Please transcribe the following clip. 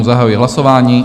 Zahajuji hlasování.